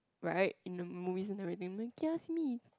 right in the movies and everything then kia simi